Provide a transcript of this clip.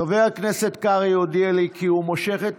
חבר הכנסת קרעי הודיע לי כי הוא מושך את